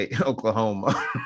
Oklahoma